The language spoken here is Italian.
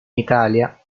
italia